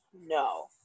No